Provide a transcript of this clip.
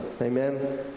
Amen